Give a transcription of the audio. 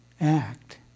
act